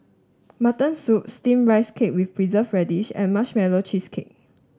Mutton Soup Steamed Rice Cake with Preserved Radish and Marshmallow Cheesecake